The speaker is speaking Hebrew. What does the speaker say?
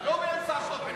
לא באמצע הרחוב.